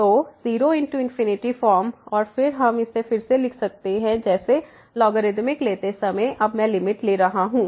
तो 0×∞ फॉर्म और फिर हम इसे फिर से लिख सकते हैं जैसे लॉगरिदमिक लेते समय मैं अब लिमिट ले रहा हूं